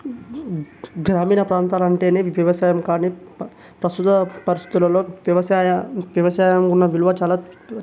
గ్రామీణ ప్రాంతాలు అంటేనే వ్యవసాయం కానీ ప్రస్తుత పరిస్థితులలో వ్యవసాయ వ్యవసాయంకు ఉన్న విలువ చాలా